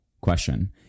question